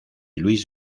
luis